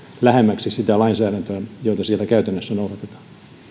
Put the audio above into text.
lähemmäksi sitä lainsäädäntöä jota siellä käytännössä noudatetaan